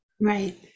Right